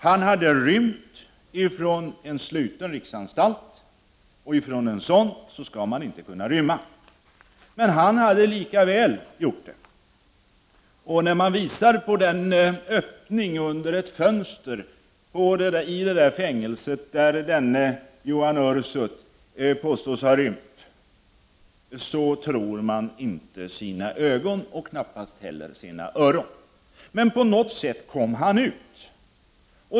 Han hade rymt från en sluten riksanstalt. Från en sådan skall man inte kunna rymma. Men han hade lika väl gjort det. När den öppning under ett fönster som Ioan Ursut påstås ha rymt igenom visades på fängelset, så trodde man inte sina ögon och knappast heller sina öron. Men på något sätt kom han ut.